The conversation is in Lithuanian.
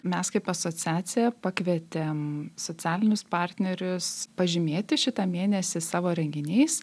mes kaip asociacija pakvietėm socialinius partnerius pažymėti šitą mėnesį savo renginiais